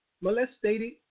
molested